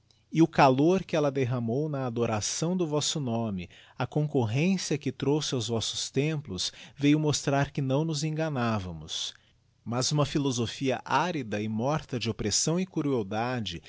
e o calor que ella derramou na adoração do vosso nome a coiícurrencia que trouxe aos vossos templos veiu mostrar que não nos enganávamos mas uma philosophia árida e morta de oppressão e crueldade